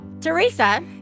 Teresa